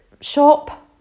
shop